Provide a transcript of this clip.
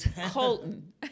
Colton